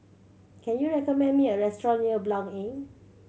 can you recommend me a restaurant near Blanc Inn